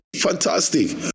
Fantastic